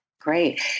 Great